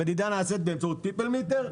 המדידה נעשית באמצעות פיפל מיטר.